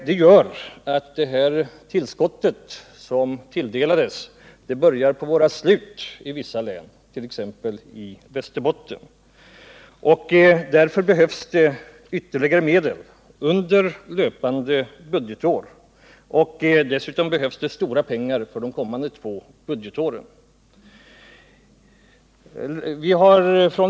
Det gör att det här tillskottet som tilldelades vissa län börjar att ta slut,t.ex. i Västerbottens län. Därför behövs ytterligare medel under löpande budgetår och stora pengar för de kommande två budgetåren.